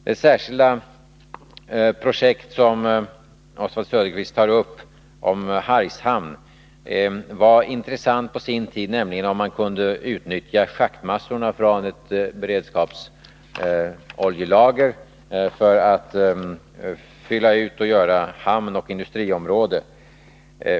Det särskilda projekt som Oswald Söderqvist nämner i fråga om Hargshamn var intressant på sin tid. Det gällde att kunna utnyttja schaktmassorna från ett beredskapsoljelager för att fylla ut och göra ett hamnoch industriområde.